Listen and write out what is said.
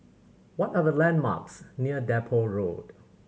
what are the landmarks near Depot Road